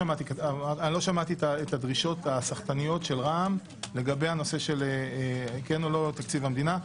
אני לא שמעתי את הדרישות הסחטניות של רע"מ לגבי הנושא של תקציב המדינה.